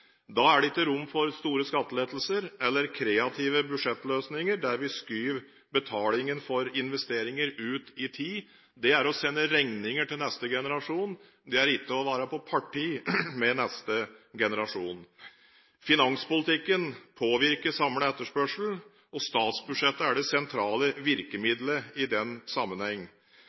Da er det ikke rom for store skattelettelser eller kreative budsjettløsninger der vi skyver betalingen for investeringer ut i tid. Det er å sende regninger til neste generasjon, det er ikke å være på parti med neste generasjon. Finanspolitikken påvirker den samlede etterspørselen, og statsbudsjettet er det sentrale virkemidlet i den